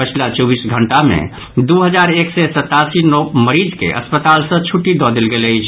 पछिला चौबीस घंटा मे दू हजार एक सय सतासी मरीज के अस्पताल सँ छुट्टी दऽ देल गेल अछि